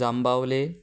जांबावले